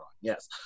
yes